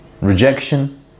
rejection